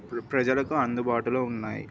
ప్ర ప్రజలకు అందుబాటులో ఉన్నాయి